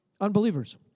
unbelievers